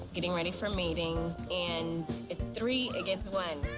getting ready for meetings, and it's three against one.